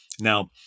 Now